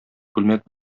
күлмәк